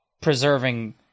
preserving